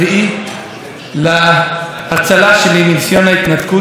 לפני ארבע שנים בדיוק היה ניסיון להרוג אותי